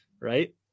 right